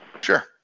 sure